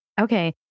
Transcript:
Okay